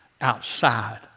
outside